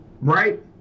Right